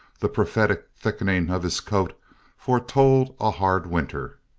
the prophetic thickening of his coat foretold a hard winter.